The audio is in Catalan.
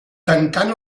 tancant